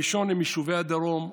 הראשון הוא יישובי הדרום,